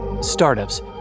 Startups